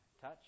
touch